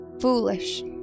foolish